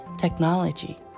technology